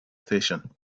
station